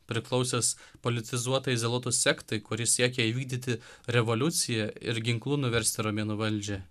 priklausęs politizuotai zelotų sektai kuri siekė įvykdyti revoliuciją ir ginklu nuversti romėnų valdžią